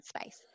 space